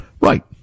Right